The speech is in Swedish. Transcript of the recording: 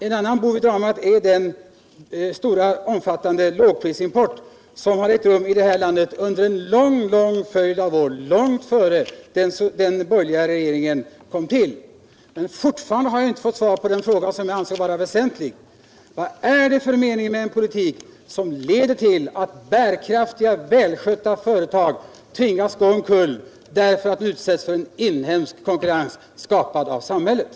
En annan bov i dramat är den omfattande lågprisimport som har ägt rum i vårt land under en lång följd av år, långt innan den borgerliga regeringen kom till. Fortfarande har jag inte fått svar på den fråga som jag anser vara väsentlig: Vad är det för mening med en politik som leder till att bär kraftiga och välskötta företag tvingas gå omkull därför att de utsätts Nr 50 KR ället? för inhemsk konkurrens, skapad av samhället?